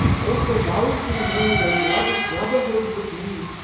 also bausi made a blood brotherhood with me,